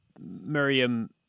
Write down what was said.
Miriam